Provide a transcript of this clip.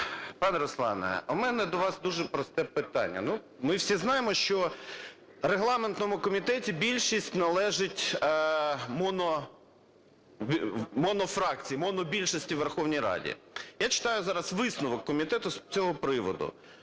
Пане Руслане, а у мене до вас дуже просте питання. Ми всі знаємо, що в регламентному комітеті більшість належить монофракції, монобільшості у Верховній Раді. Я читаю зараз висновок комітету з цього приводу: